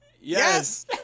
yes